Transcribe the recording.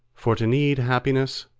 for to need happiness,